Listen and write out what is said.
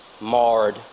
marred